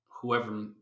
whoever